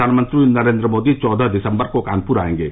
प्रधानमंत्री नरेंद्र मोदी चौदह दिसम्बर को कानपुर आएंगे